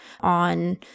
on